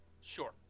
Sure